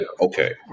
okay